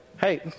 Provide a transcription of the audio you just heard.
Hey